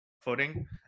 footing